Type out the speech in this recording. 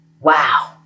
wow